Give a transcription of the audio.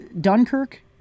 dunkirk